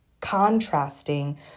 contrasting